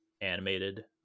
animated